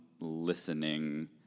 listening